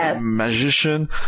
Magician